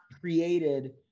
created